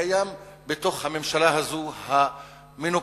קיים בתוך הממשלה הזאת, המנופחת,